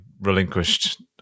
relinquished